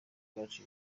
bwacu